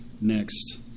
next